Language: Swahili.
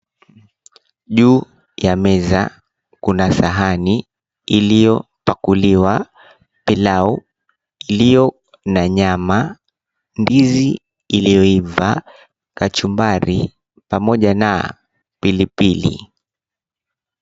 Juu ya meza kuna sahani iliyopakuliwa pilau iliyo ya nyama, ndizi iliyoiva, kachumbari pamoja na pilipili.